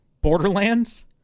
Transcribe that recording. Borderlands